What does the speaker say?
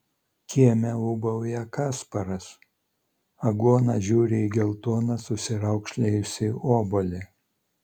kieme ūbauja kasparas aguona žiūri į geltoną susiraukšlėjusį obuolį